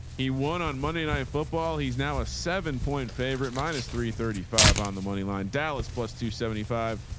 he won on monday night football. he's now a seven point favorite minus three thirty five on the moneyline dallas plus two seventy five,